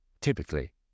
typically